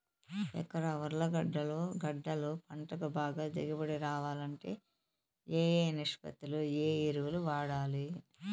ఎకరా ఉర్లగడ్డలు గడ్డలు పంటకు బాగా దిగుబడి రావాలంటే ఏ ఏ నిష్పత్తిలో ఏ ఎరువులు వాడాలి?